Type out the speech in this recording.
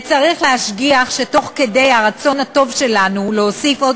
וצריך להשגיח שתוך כדי הרצון הטוב שלנו להוסיף עוד